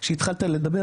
שהתחלת לדבר,